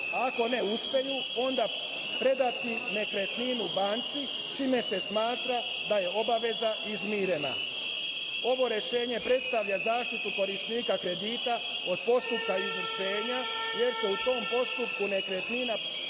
Ako ne uspeju onda predati nekretninu banci, čime se smatra da je obaveza izmirena. Ovo rešenje predstavlja zaštitu korisnika kredita od postupka izvršenja jer se u tom postupku nekretnina